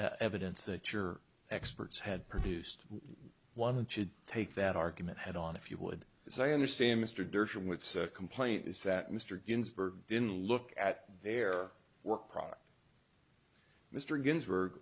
pick evidence that your experts had produced one should take that argument head on if you would as i understand mr dershowitz complaint is that mr ginsburg didn't look at their work product mr ginsburg